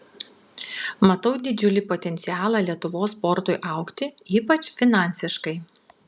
matau didžiulį potencialą lietuvos sportui augti ypač finansiškai